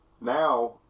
now